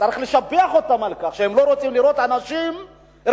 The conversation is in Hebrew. צריך לשבח אותם על כך שהם לא רוצים לראות אנשים רעבים,